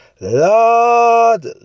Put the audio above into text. lord